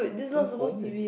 too homey